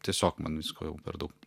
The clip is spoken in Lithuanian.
tiesiog man visko jau per daug